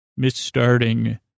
misstarting